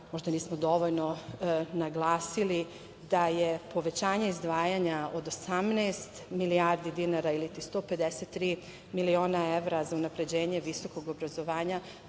možda nismo dovoljno naglasili da je povećanje izdvajanja od 18 milijardi dinara ili 153 miliona evra za unapređenje visokog obrazovanja,